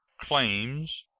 claims,